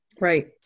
Right